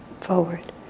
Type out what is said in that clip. forward